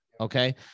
Okay